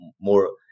more